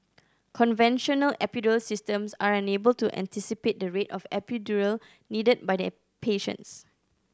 conventional epidural systems are unable to anticipate the rate of epidural needed by the a patients